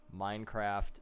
Minecraft